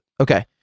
Okay